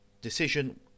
decision